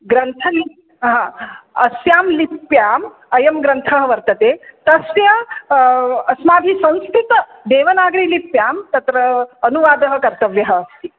ग्रन्थलिप्यां अस्यां लिप्याम् अयं ग्रन्थः वर्तते तस्य अस्माभिः संस्कृतदेवनागरीलिप्यां तत्र अनुवादः कर्तव्यः अस्ति